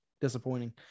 disappointing